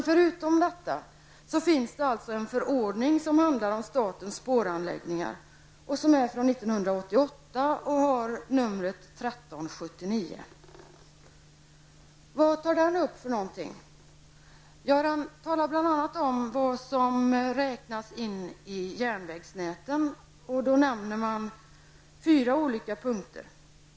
Förutom detta finns det en förordning som handlar om statens spåranläggningar. Den är från 1988 och har nr 1379. Den handlar bl.a. om vad som räknas in i järnvägsnätet, och där nämner man fyra olika punkter.